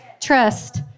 trust